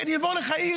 אני אעבור עיר-עיר.